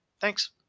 Thanks